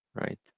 Right